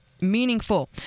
meaningful